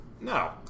No